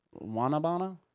Wanabana